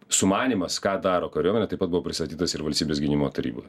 sumanymas ką daro kariuomenė taip pat buvo pristatytas ir valstybės gynimo taryboje